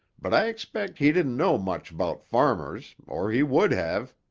but i expect he didn't know much about farmers or he would have.